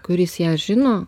kuris ją žino